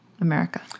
America